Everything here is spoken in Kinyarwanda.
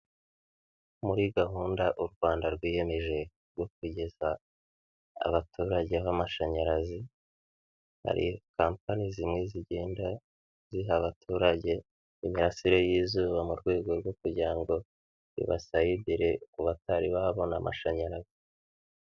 Muri gahunda u Rwanda rwiyemeje yo kugeza abaturage ho amashanyarazi, hari kampani zimwe zigenda ziha abaturage imirasire y'izuba, mu rwego rwo kugira ngo ibasayidire ku batari babona amashanyarazi.